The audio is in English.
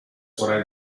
what